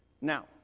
Now